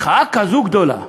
מחאה כזו גדולה,